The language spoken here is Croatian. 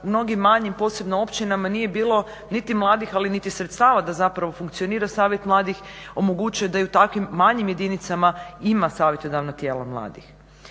u mnogim manjim posebno općinama nije bilo niti mladih ali niti sredstava da zapravo funkcionira savjet mladih omogućuje da i u takvim manjim jedinicama ima savjetodavno tijelo mladih.